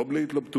לא בלי התלבטות,